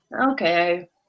okay